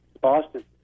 Boston